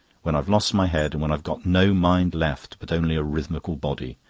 when i've lost my head, when i've got no mind left but only a rhythmical body!